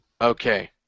Okay